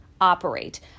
operate